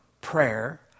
prayer